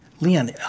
Leon